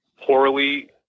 poorly